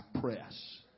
press